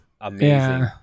amazing